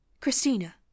Christina